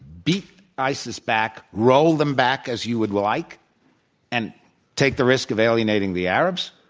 beat isis back roll them back, as you would would like and take the risk of alienating the arabs.